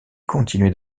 continuait